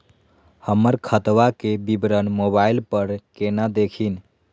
हमर खतवा के विवरण मोबाईल पर केना देखिन?